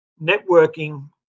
networking